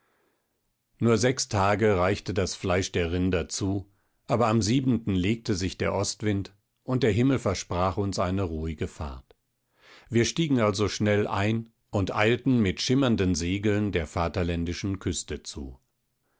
nur sechs tage reichte das fleisch der rinder zu aber am siebenten legte sich der ostwind und der himmel versprach uns eine ruhige fahrt wir stiegen also schnell ein und eilten mit schimmernden segeln der vaterländischen küste zu